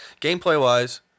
gameplay-wise